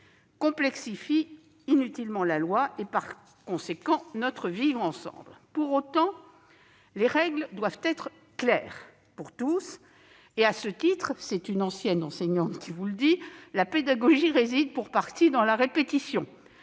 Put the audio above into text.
complexifie inutilement la loi et, par conséquent, notre vivre-ensemble. Pour autant, les règles doivent être claires pour tous. À ce titre- c'est une ancienne enseignante qui vous le dit -, la pédagogie réside pour partie dans la répétition.